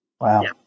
Wow